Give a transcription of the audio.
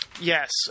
Yes